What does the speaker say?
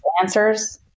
answers